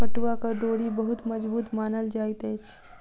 पटुआक डोरी बहुत मजबूत मानल जाइत अछि